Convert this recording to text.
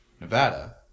Nevada